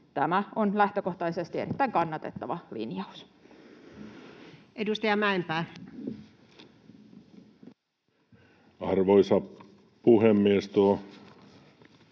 tämä on lähtökohtaisesti erittäin kannatettava linjaus. Edustaja Mäenpää. Arvoisa puhemies!